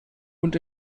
und